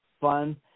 fun